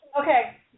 Okay